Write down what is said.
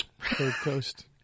Coast